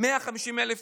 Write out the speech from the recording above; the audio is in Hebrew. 150,000